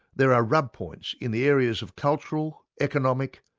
there are rub points in the areas of cultural, economic,